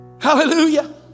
Hallelujah